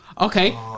Okay